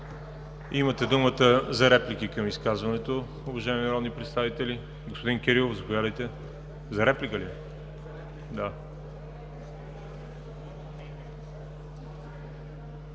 Имате думата за реплики към изказването, уважаеми народни представители. Господин Кирилов, заповядайте. ДАНАИЛ КИРИЛОВ